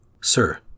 Sir